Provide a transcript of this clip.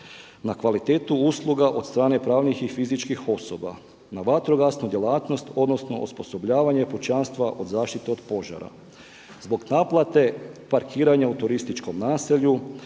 na kvalitetu usluga od strane pravnih i fizičkih osoba, na vatrogasnu djelatnost odnosno osposobljavanje pučanstva od zaštite od požara. Zbog naplate parkiranja u turističkom naselju,